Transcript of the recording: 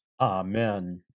Amen